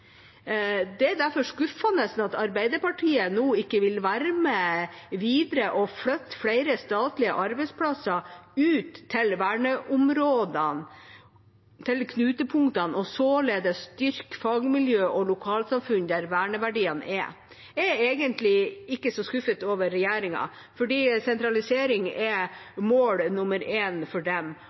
Det er derfor skuffende at Arbeiderpartiet nå ikke vil være med videre og flytte flere statlige arbeidsplasser ut til verneområdene, til knutepunktene, og således styrke fagmiljø og lokalsamfunn der verneverdiene er. Jeg er egentlig ikke så skuffet over regjeringa, fordi sentralisering er mål nummer én for dem,